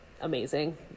amazing